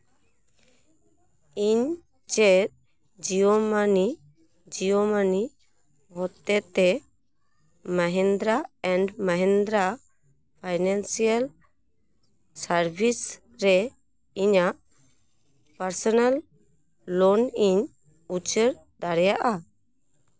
ᱤᱧ ᱪᱮᱫ Jio money Jio money ᱦᱚᱛᱮᱛᱮ Mahindra and Mahindra financial services ᱨᱮ ᱤᱧᱟᱹᱜ ᱯᱟᱨᱥᱚᱱᱟᱞ ᱞᱳᱱᱤᱧ ᱩᱪᱟᱹᱲ ᱫᱟᱲᱮᱭᱟᱜᱼᱟ